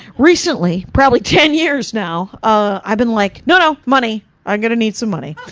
recently, probably ten years now, ah, i've been like, no no, money, i'm going to need some money.